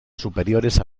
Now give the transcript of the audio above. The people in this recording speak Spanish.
superiores